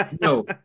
no